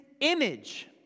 image